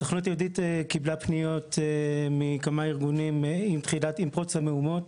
הסוכנות היהודית קיבלה פניות ממספר ארגונים עם פרוץ המהומות